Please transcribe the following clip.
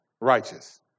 righteous